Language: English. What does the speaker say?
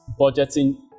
budgeting